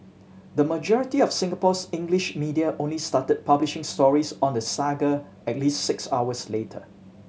the majority of Singapore's English media only started publishing stories on the saga at least six hours later